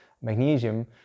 magnesium